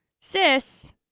sis